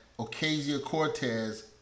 Ocasio-Cortez